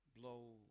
Blow